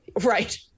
right